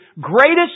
greatest